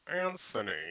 Anthony